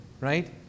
right